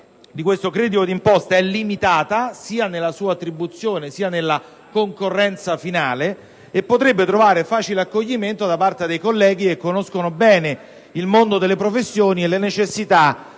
di questo credito d'imposta è limitata sia nella sua attribuzione sia nella concorrenza finale, e potrebbe trovare facile accoglimento da parte dei colleghi che conoscono bene il mondo delle professioni e le necessità,